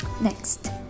next